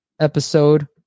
episode